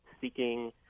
seeking